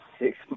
six